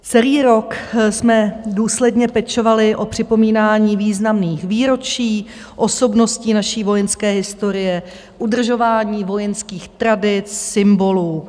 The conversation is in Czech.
Celý rok jsme důsledně pečovali o připomínání významných výročí osobností naší vojenské historie, udržování vojenských tradic, symbolů.